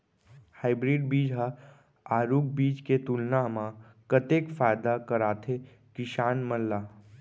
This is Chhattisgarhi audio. हाइब्रिड बीज हा आरूग बीज के तुलना मा कतेक फायदा कराथे किसान मन ला?